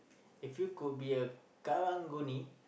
if you could be a karang-guni